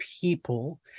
people